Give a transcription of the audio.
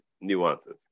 nuances